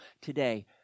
today